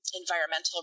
environmental